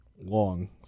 long